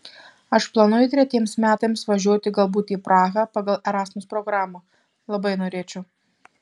aš planuoju tretiems metams važiuoti galbūt į prahą pagal erasmus programą labai norėčiau